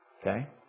Okay